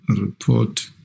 report